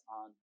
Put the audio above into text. on